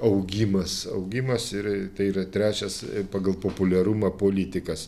augimas augimas ir tai yra trečias pagal populiarumą politikas